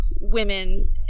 women